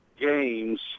games